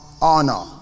Honor